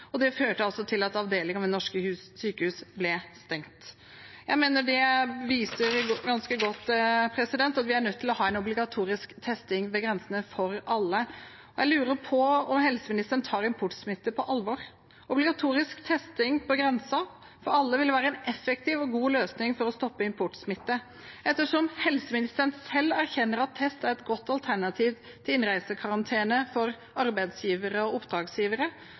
og det førte til at avdelinger ved norske sykehus ble stengt. Jeg mener det ganske godt viser at vi er nødt til å ha en obligatorisk testing for alle ved grensene. Jeg lurer på om helseministeren tar importsmitte på alvor. Obligatorisk testing for alle på grensen ville være en effektiv og god løsning for å stoppe importsmitte. Ettersom helseministeren selv erkjenner at test er et godt alternativ til innreisekarantene for arbeidsgivere og oppdragsgivere,